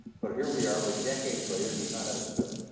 but here we are, we're decades later and we've not had a spill.